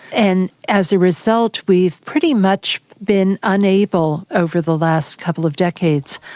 and as a result we've pretty much been unable over the last couple of decades,